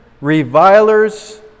revilers